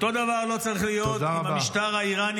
אותו דבר לא צריך להיות עם המשטר האיראני,